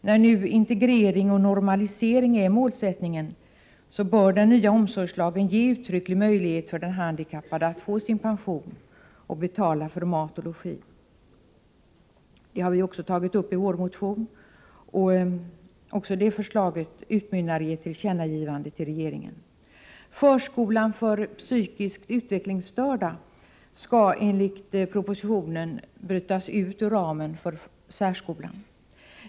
När nu integrering och normalisering är målsättningen bör den nya omsorgslagen ge uttrycklig möjlighet för den handikappade att få sin pension och betala för mat och logi. Det har vi också tagit upp i vår motion, som även på den punkten utmynnar i förslag om ett tillkännagivande till regeringen. Förskolan för psykiskt utvecklingsstörda skall enligt propositionen brytas ut ur särskolan.